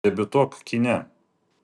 debiutuok kine